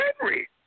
Henry